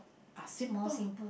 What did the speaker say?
are simple